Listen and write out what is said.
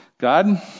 God